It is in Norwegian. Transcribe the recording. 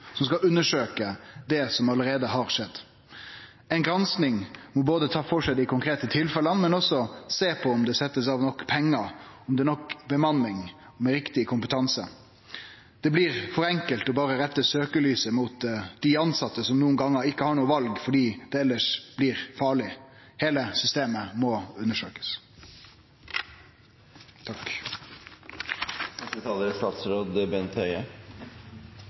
som skal undersøkje det som allereie har skjedd – ei gransking som både tar for seg dei konkrete tilfella og også ser på om det blir sett av nok pengar, om det er nok bemanning med riktig kompetanse. Det blir for enkelt berre å rette søkjelyset mot dei tilsette som nokre gonger ikkje har noko val fordi det elles blir farleg. Heile systemet må undersøkjast. Takk